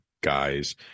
guys